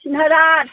थिन हाजार